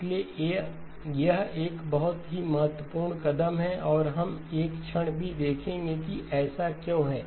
इसलिए यह एक बहुत ही महत्वपूर्ण कदम है और हम एक क्षण में देखेंगे कि ऐसा क्यों है